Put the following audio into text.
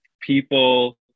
people